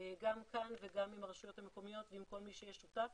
גם כאן וגם עם הרשויות המקומיות ועם כל מי שיהיה שותף